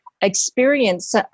experience